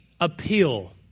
appeal